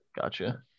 gotcha